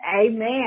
Amen